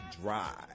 Drive